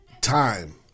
time